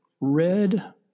Red